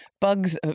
bugs